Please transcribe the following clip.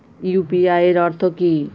UPI এর অর্থ কি?